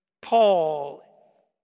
Paul